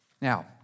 Now